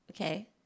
okay